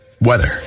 weather